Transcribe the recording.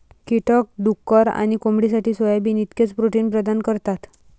कीटक डुक्कर आणि कोंबडीसाठी सोयाबीन इतकेच प्रोटीन प्रदान करतात